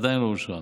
עדיין לא אושרה.